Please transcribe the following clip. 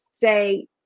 say